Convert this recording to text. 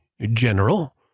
general